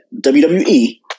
WWE